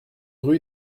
rue